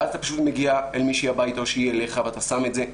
ואז אתה פשוט מגיע אל מישהי הביתה או שהיא אליך ואתה שם את זה.